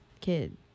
kid